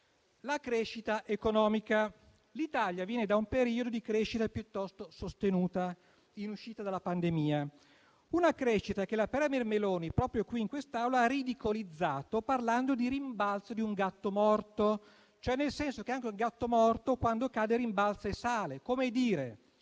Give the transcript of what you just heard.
la crescita economica. L'Italia viene da un periodo di crescita piuttosto sostenuta in uscita dalla pandemia; una crescita che la *premier* Meloni, proprio in quest'Aula, ha ridicolizzato parlando di rimbalzo di un gatto morto, nel senso che anche un gatto morto quando cade rimbalza e sale. Come a dire